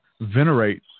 venerate